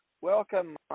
Welcome